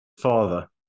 father